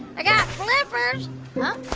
i got flippers huh?